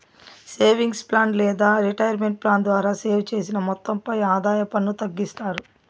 savings plan లేదా retirement plan ద్వారా save చేసిన మొత్తంపై ఆదాయ పన్ను తగ్గిస్తారు